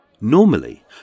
Normally